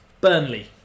Burnley